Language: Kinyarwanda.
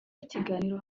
ikiganiro